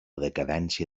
decadència